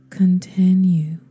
continue